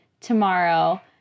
tomorrow